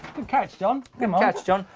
good catch john. good catch john.